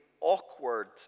awkward